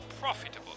profitable